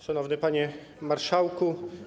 Szanowny Panie Marszałku!